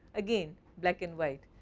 again black and white.